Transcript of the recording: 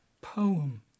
poem